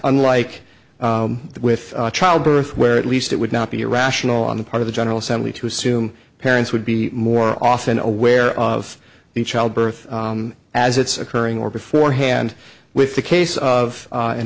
unlike with childbirth where at least it would not be irrational on the part of the general assembly to assume parents would be more often aware of the child birth as it's occurring or beforehand with the case of an a